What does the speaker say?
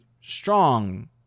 strong